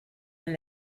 and